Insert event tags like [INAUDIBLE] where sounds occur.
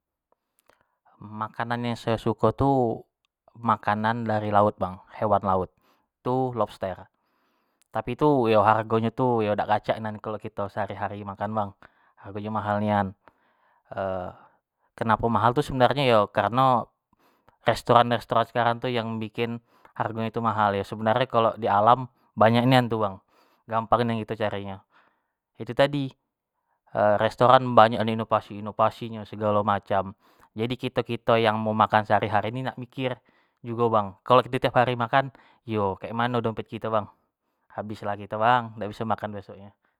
Makanan yang sayo suko tu makanan dari laut bang, hewan laut tu lobster, tapi tu hargo nyo tu yo dak kacak nian kalo kito makan sehari-hari bang, hargo nyo mahal nian [HESITATION] kenapo mahal tu sebenarnyo iyo kareno restoran-restoran sekarang tu yang bikin hargo nyo tu mahal, yo sebenarnyo kalo di alam banyak nian tu bang, gampang nian kito tu nyari nyo, itu tadi [HESITATION] restoran banyak inovasi-inovasi nyo segalo macam jadi kito-kito yang mau makan sehari-hari ini nak mikir jugo bang, kalo kito tiap hari makan yo kek mano dompet kito bang, habis lah kito bang dak biso makan besok nyo.